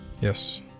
Yes